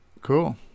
Cool